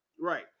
Right